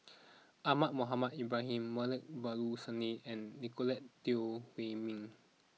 Ahmad Mohamed Ibrahim Moulavi Babu Sahib and Nicolette Teo Wei Min